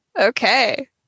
Okay